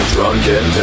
Drunken